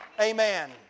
Amen